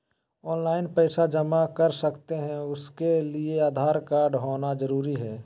Online पैसा जमा कर सकते हैं उसके लिए आधार कार्ड होना जरूरी है?